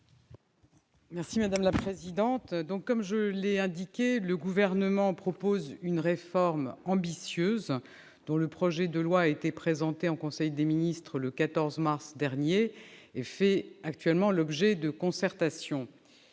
l'avis du Gouvernement ? Comme je l'ai indiqué, le Gouvernement propose une réforme ambitieuse. Le projet de loi, qui a été présenté en conseil des ministres le 14 mars dernier, fait actuellement l'objet de concertations.